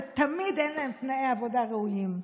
ותמיד אין להם תנאי עבודה ראויים,